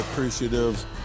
Appreciative